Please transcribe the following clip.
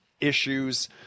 issues